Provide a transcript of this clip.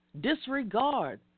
disregard